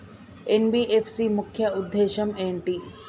NBFC ముఖ్య ఉద్దేశం ఏంటి?